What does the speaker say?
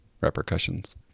repercussions